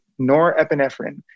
Norepinephrine